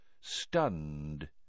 Stunned